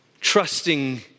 trusting